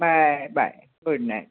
bye bye good night